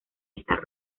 estar